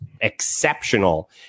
exceptional